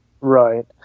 Right